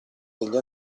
degli